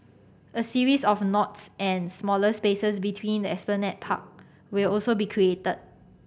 a series of nodes and smaller spaces between the Esplanade Park will also be created